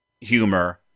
humor